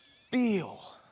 feel